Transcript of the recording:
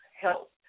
help